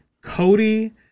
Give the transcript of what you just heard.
Cody